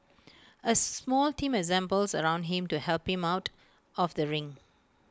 A small team assembles around him to help him out of the ring